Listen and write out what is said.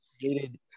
created